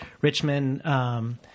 Richmond –